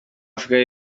afurika